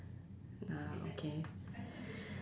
ah okay